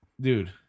dude